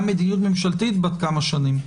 בין-לאומיות וגם מדיניות ממשלתית בת כמה שנים.